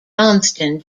johnston